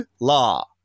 Law